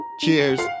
Cheers